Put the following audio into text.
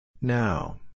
Now